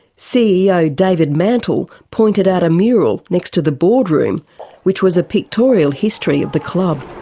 ceo david mantle pointed out a mural next to the boardroom which was a pictorial history of the club.